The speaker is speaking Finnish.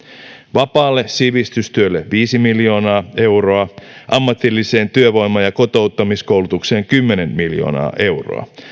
vapaalle sivistystyölle viisi miljoonaa euroa ammatilliseen työvoima ja kotouttamiskoulutukseen kymmenen miljoonaa euroa